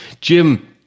Jim